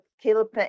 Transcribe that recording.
Caleb